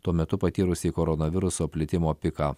tuo metu patyrusiai koronaviruso plitimo piką